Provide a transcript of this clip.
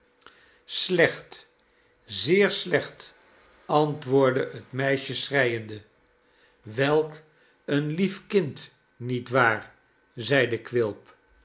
slecht zeer slecht antwoordde het meisje schreiende welk een lief kind niet waar zeide quilp